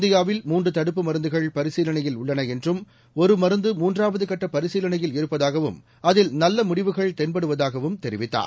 இந்தியாவில் மூன்று தடுப்பு மருந்துகள் பரிசீலனையில் உள்ளன என்றும் ஒரு மருந்து மூன்றாவது கட்டப் பரிசீலனையில் இருப்பதாகவும் அதில் நல்ல முடிவுகள் தென்படுவதாகவும் அவர் தெரிவித்தார்